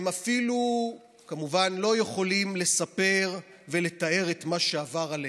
הם כמובן לא יכולים לספר ולתאר את מה שעבר עליהם.